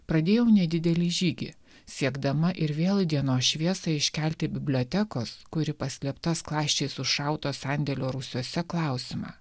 pradėjau nedidelį žygį siekdama ir vėl į dienos šviesą iškelti bibliotekos kuri paslėptą skląsčiais užšautas sandėlio rūsiuose klausimą